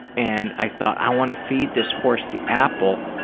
and i thought, i want to feed this horse the apple,